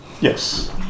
yes